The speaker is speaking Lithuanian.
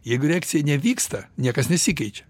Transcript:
jeigu reakcija nevyksta niekas nesikeičia